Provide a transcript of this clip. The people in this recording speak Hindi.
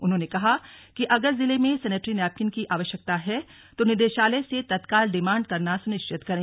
उन्होंने कहा कि अगर जिले में सैनेट्री नेपकिन की आवश्यकता है तो निदेशालय से तत्काल डिमाण्ड करना सुनिश्चित करें